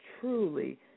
truly